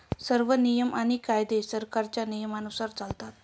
सर्व नियम आणि कायदे सरकारच्या नियमानुसार चालतात